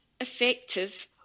effective